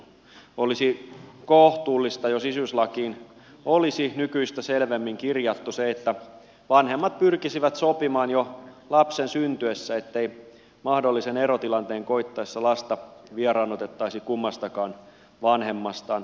olisi kohtuullista jos isyyslakiin olisi nykyistä selvemmin kirjattu se että vanhemmat pyrkisivät sopimaan jo lapsen syntyessä ettei mahdollisen erotilanteen koittaessa lasta vieraannutettaisi kummastakaan vanhemmastaan